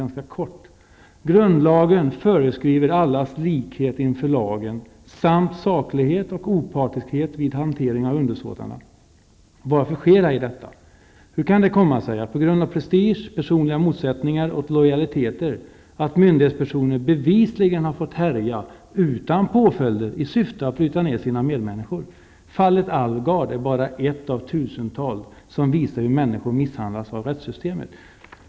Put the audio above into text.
Vi skriver i vår motion: Grundlagen föreskriver allas likhet inför lagen samt saklighet och opartiskhet vid hanteringen av undersåtarna. Varför sker ej så? Hur kan det komma sig att på grund av prestige, personliga motsättningar och lojaliteter, myndighetspersoner bevisligen har fått härja utan påföljder, i syfte att bryta ner sina medmänniskor? Fallet Alvgard är bara ett av tusentals, som visar hur människor misshandlas av rättssystemet.